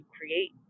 create